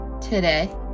Today